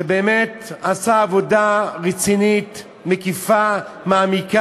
שתמכו והביאו את הצעות החוק גם בעבר,